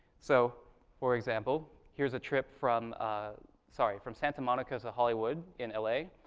so for example, here's a trip from sorry, from santa monica to hollywood in l a,